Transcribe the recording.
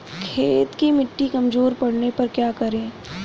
खेत की मिटी कमजोर पड़ने पर क्या करें?